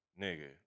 Nigga